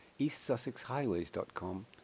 eastsussexhighways.com